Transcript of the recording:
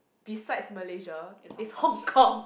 besides Malaysia is Hong Kong